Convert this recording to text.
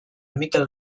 mikel